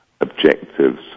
objectives